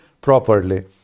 properly